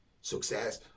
success